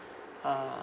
uh